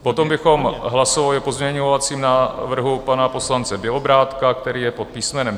Potom bychom hlasovali o pozměňovacím návrhu pana poslance Bělobrádka, který je pod písmenem C.